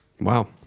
Wow